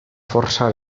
forçar